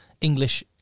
English